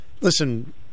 listen